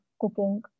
cooking